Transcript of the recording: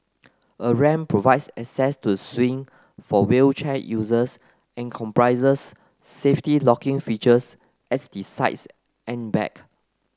a ramp provides access to the swing for wheelchair users and comprises safety locking features at the sides and back